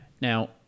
Now